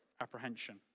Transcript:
apprehension